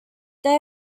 they